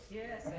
yes